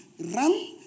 run